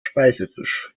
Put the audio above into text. speisefisch